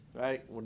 right